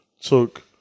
took